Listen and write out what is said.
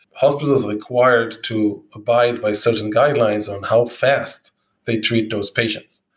hospitals are required to abide by certain guidelines on how fast they treat those patients.